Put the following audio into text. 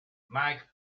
mike